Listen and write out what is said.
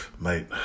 Mate